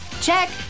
Check